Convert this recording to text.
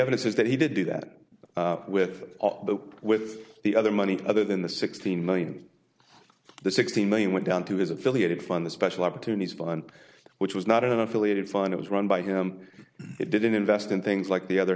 evidence is that he did do that with the with the other money other than the sixteen million the sixteen million went down to his affiliated fund the special opportunities fund which was not an affiliated find it was run by him it didn't invest in things like the other